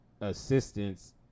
assistance